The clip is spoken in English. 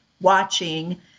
watching